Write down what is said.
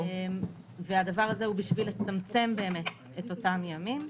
והדבר הזה הוא בשביל לצמצם את אותם ימים.